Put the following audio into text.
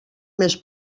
més